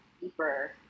deeper